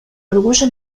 orgullo